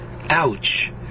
Ouch